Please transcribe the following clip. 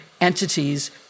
entities